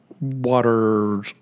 water